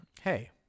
Hey